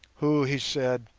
who, he said,